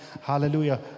Hallelujah